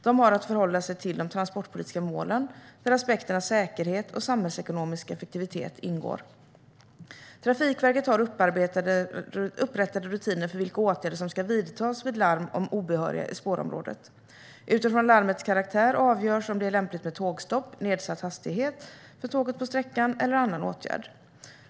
De har att förhålla sig till de transportpolitiska målen, där aspekterna säkerhet och samhällsekonomisk effektivitet ingår. Trafikverket har upprättade rutiner för vilka åtgärder som ska vidtas vid larm om obehöriga i spårområdet. Utifrån larmets karaktär avgörs om det är lämpligt med tågstopp, nedsatt hastighet för tåget på sträckan eller annan åtgärd.